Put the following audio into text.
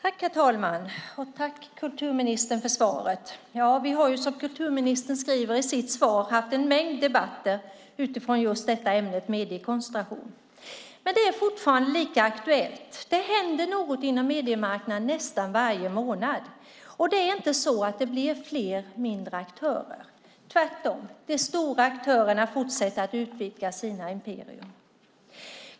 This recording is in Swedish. Herr talman! Tack, kulturministern, för svaret! Vi har, som kulturministern skriver i sitt svar, haft en mängd debatter utifrån just ämnet mediekoncentration. Men det är fortfarande lika aktuellt - det händer något inom mediemarknaden nästan varje månad. Det är inte så att det blir fler mindre aktörer, utan tvärtom fortsätter de stora aktörerna att utvidga sina imperier.